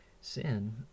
sin